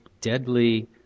deadly